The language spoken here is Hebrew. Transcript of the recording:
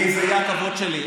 זה יהיה הכבוד שלי.